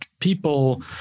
people